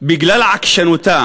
בגלל התעקשותה